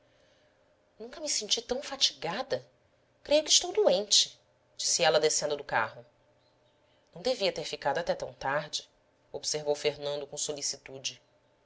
nunca me senti tão fatigada creio que estou doente disse ela descendo do carro não devia ter ficado até tão tarde observou fernando com solicitude